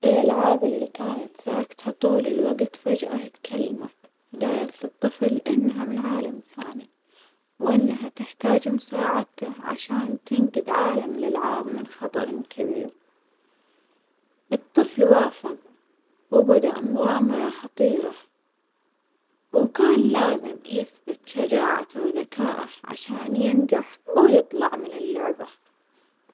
الألعاب اللي كانت ساكتة طول الوجت فجأة اتكلمت، جالت للطفل إنها من عالم ثاني وإنها محتاجة مساعدته عشان تنجذ عالم الألعاب من خطرٍ كبير، الطفل وافج وبدأ مغامرة خطيرة وكان لازم يثبت شجاعته وذكاءه عشان ينجح ويطلع من اللعبة.